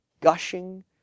gushing